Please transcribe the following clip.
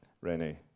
Rene